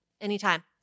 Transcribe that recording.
Anytime